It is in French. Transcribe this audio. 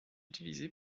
utilisé